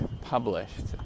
published